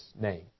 name